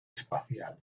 espacial